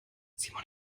simon